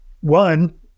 One